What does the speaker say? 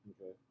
Okay